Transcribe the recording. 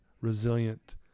resilient